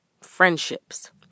friendships